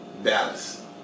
Dallas